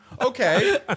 Okay